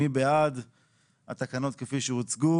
מי בעד התקנות כפי שהוצגו?